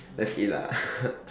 that's it lah